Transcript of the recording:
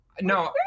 No